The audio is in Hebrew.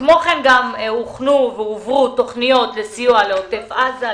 כמו כן הוכנו והועברו תוכניות לסיוע לעוטף עזה,